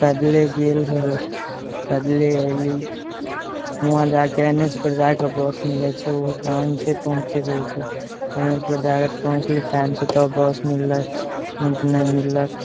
पैदले गेल पैदले अइली हुआँ जाके एन एच पर जाके बस मिलै छै उहो टाइमसँ पहुँचैके होइ छै एन एच पर जाके पहुचली टाइमसँ तब बस मिललै नहि तऽ नहि मिललक